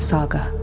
Saga